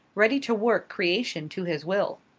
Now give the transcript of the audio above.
ready to work creation to his will.